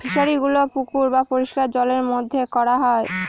ফিশারিগুলো পুকুর বা পরিষ্কার জলের মধ্যে করা হয়